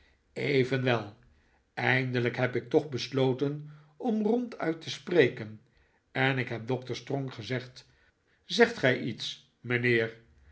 evenwel eindelijk heb ik toch besloten om ronduit te spreken en ik heb doctor strong gezegd zegt gij iets mijnheer